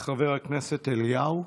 חבר הכנסת אליהו.